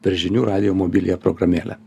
per žinių radijo mobiliąją programėlę